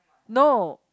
no